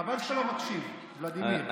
חבל שאתה לא מקשיב, ולדימיר.